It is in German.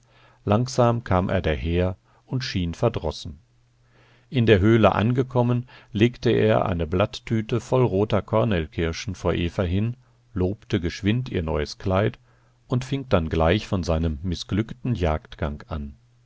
langsam kam er daher und schien verdrossen in der höhle angekommen legte er eine blatt tüte voll roter kornelkirschen vor eva hin lobte geschwind ihr neues kleid und fing dann gleich von seinem mißglückten jagdgang an